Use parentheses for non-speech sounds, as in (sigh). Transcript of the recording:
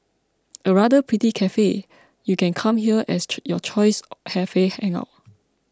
a rather pretty cafe you can come here as (unintelligible) your choice cafe hangout